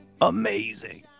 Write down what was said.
amazing